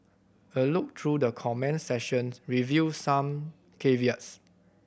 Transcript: a look through the comments section revealed some caveats